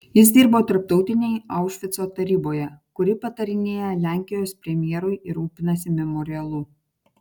jis dirbo tarptautinėje aušvico taryboje kuri patarinėja lenkijos premjerui ir rūpinasi memorialu